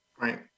Right